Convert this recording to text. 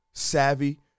savvy